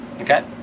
okay